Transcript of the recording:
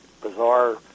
bizarre